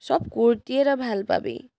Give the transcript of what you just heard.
চব কুৰ্টিয়ে তই ভাল পাবি